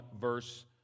verse